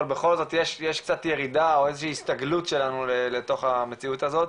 אבל בכל זאת יש קצת ירידה או איזושהי הסתגלות שלנו לתוך המציאות הזאת,